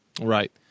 right